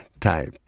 type